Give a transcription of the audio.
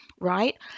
Right